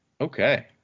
Okay